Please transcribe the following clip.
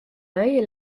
œil